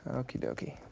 okie dokie,